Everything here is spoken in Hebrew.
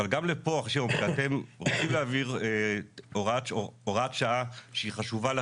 אבל גם כאשר אתם רוצים להעביר הוראת שעה שהיא חשובה לכם,